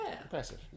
Impressive